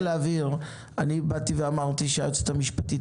להבהיר: אני אמרתי שהיועצת המשפטית